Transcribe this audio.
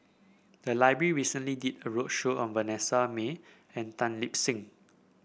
the library recently did a roadshow on Vanessa Mae and Tan Lip Seng